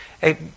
Hey